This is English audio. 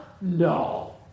No